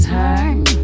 time